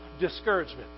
discouragement